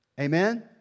Amen